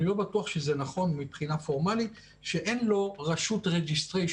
אני לא בטוח שזה נכון מבחינה פורמלית שאין לו רשות registration,